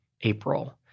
April